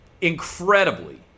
Incredibly